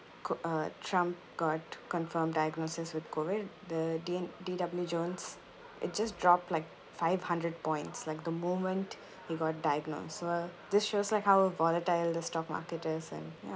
could err trump got confirmed diagnosis with COVID the D D_W jones it just dropped like five hundred points like the moment he got diagnosed so this shows like how volatile the stock market is and ya